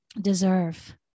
deserve